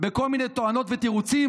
בכל מיני תואנות ותירוצים?